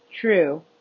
true